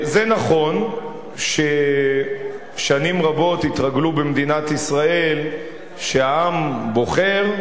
זה נכון ששנים רבות התרגלו במדינת ישראל שהעם בוחר.